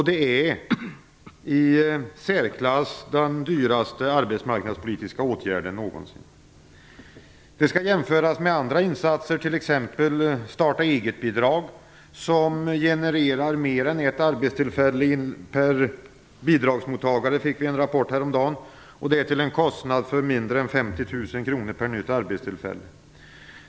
Det är i särklass den dyraste arbetsmarknadspolitiska åtgärden någonsin. Det skall jämföras med andra insatser, t.ex. starta-eget-bidrag, som genererar mer än ett arbetstillfälle per bidragsmottagare. Det fick vi veta i en rapport häromdagen. Det görs till en kostnad av mindre än 50 000 kr per arbetstillfälle.